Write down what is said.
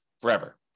forever